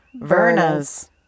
Verna's